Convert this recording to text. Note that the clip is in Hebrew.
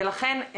ולכן,